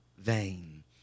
vain